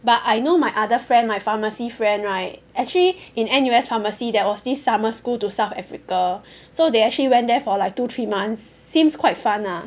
but I know my other friend my pharmacy friend right actually in N_U_S pharmacy there was this summer school to South Africa so they actually went there for like two three months seems quite fun lah